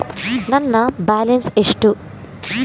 ನನ್ನ ಬ್ಯಾಲೆನ್ಸ್ ಎಷ್ಟು?